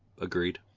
agreed